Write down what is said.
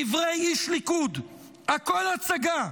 דברי איש ליכוד, "הכול הצגה.